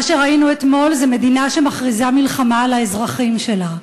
מה שראינו אתמול זו מדינה שמכריזה מלחמה על האזרחים שלה,